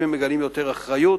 האם הם מגלים יותר אחריות?